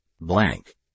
Blank